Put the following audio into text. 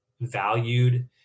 valued